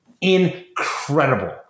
Incredible